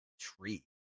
tree